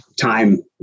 time